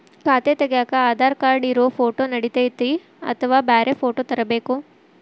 ಖಾತೆ ತಗ್ಯಾಕ್ ಆಧಾರ್ ಕಾರ್ಡ್ ಇರೋ ಫೋಟೋ ನಡಿತೈತ್ರಿ ಅಥವಾ ಬ್ಯಾರೆ ಫೋಟೋ ತರಬೇಕೋ?